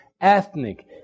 ethnic